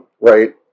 Right